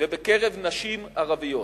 ובקרב נשים ערביות.